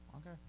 okay